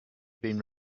been